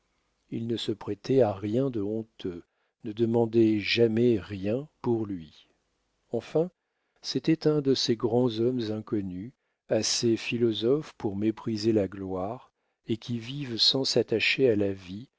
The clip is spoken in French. il ne se prêtait à rien de honteux ne demandait jamais rien pour lui enfin c'était un de ces grands hommes inconnus assez philosophes pour mépriser la gloire et qui vivent sans s'attacher à la vie